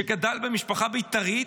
שגדל במשפחה בית"רית,